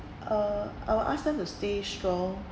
uh I will ask them to stay strong